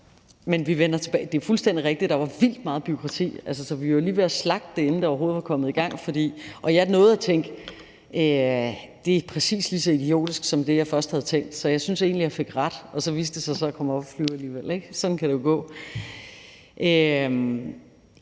hen over årene. Men det er fuldstændig rigtigt, at der var vildt meget bureaukrati, så vi var lige ved at slagte det, inden det overhovedet var kommet i gang, og jeg nåede at tænke: Det er præcis lige så idiotisk som det, jeg først havde tænkt, så jeg synes egentlig, jeg fik ret. Og så viste det sig så at komme op at flyve alligevel, ikke? Sådan kan det jo gå.